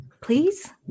Please